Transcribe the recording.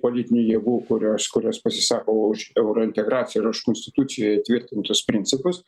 politinių jėgų kurios kurios pasisako už eurointegraciją ir už konstitucijoj įtvirtintus principus